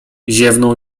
ziewnął